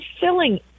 filling